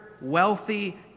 wealthy